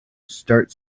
start